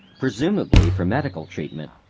presumably for medical treatment,